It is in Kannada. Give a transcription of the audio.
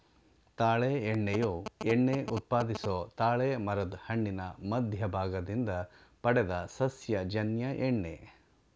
ತಾಳೆ ಎಣ್ಣೆಯು ಎಣ್ಣೆ ಉತ್ಪಾದಿಸೊ ತಾಳೆಮರದ್ ಹಣ್ಣಿನ ಮಧ್ಯದ ಭಾಗದಿಂದ ಪಡೆದ ಸಸ್ಯಜನ್ಯ ಎಣ್ಣೆ